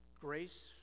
grace